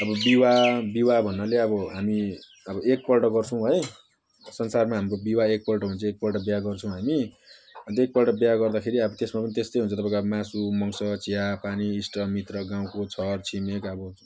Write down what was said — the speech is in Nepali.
अब विवाह विवाह भन्नाले अब हामी अब एकपल्ट गर्छौँ है संसारमा हाम्रो विवाह एकपल्ट हुन्छ एकपल्ट बिहा गर्छौँ हामी अनि त एकपल्ट बिहा गर्दाखेरि अब त्यसमा पनि त्यस्तै हुन्छ अब तपाईँको मासु मांस चिया पानी इष्टमित्र गाउँको छरछिमेक अब